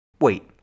Wait